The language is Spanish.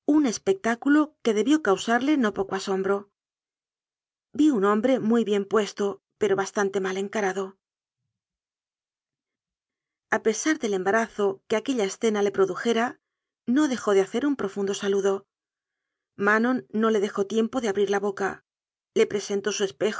un espectáculo que debió causarle no poco asombro vi un hombre muy bien puesto pero bastante mal encarado a pesar del embarazo que aquella escena le pro dujera no dejó de hacer un profundo saludo ma non no le dejó tiempo de abrir la boca le presen tó su